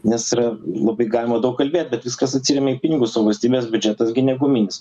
nes yra labai galima daug kalbėt bet viskas atsiremia į pinigus o valstybės biudžetas gi ne guminis